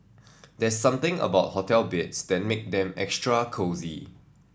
there's something about hotel beds that make them extra cosy